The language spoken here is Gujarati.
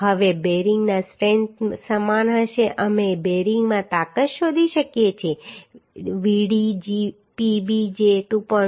હવે બેરિંગમાં સ્ટ્રેન્થ સમાન હશે અમે બેરિંગમાં તાકાત શોધી શકીએ છીએ Vdpb જે 2